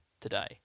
today